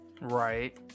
Right